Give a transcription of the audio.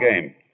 game